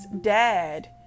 dad